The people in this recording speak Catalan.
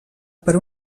per